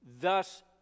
Thus